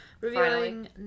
revealing